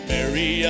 Mary